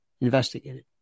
investigated